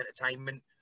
entertainment